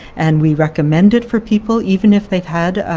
and we recommend it for people even if they've had